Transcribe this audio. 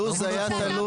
לא, זה היה תלוי.